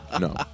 no